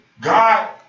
God